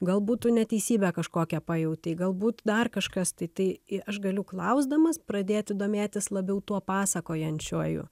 gal būt tu neteisybę kažkokią pajautei galbūt dar kažkas tai tai aš galiu klausdamas pradėti domėtis labiau tuo pasakojančiuoju